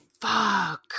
Fuck